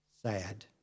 sad